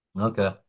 Okay